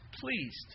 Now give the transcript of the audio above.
pleased